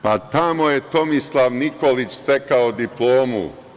Pa, tamo je Tomislav Nikolić stekao diplomu.